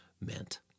meant